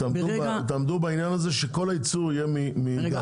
כל הייצור יהיה מגז?